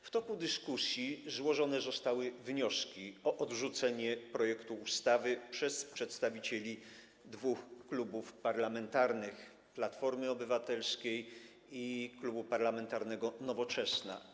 W toku dyskusji złożone zostały wnioski o odrzucenie projektu ustawy przez przedstawicieli dwóch klubów parlamentarnych: Platformy Obywatelskiej i Klubu Parlamentarnego Nowoczesna.